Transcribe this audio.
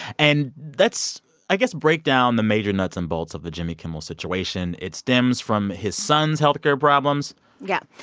and that's i guess, break down the major nuts and bolts of the jimmy kimmel situation. it stems from his son's health care problems yeah.